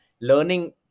learning